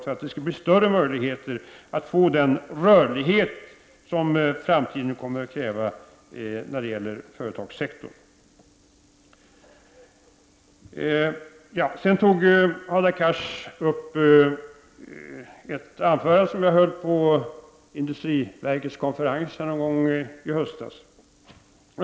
Då kan vi få större möjligheter till den rörlighet som framtiden kommer att kräva inom företagssektorn. Hadar Cars berörde ett anförande som jag höll vid industriverkets konferens i höstas.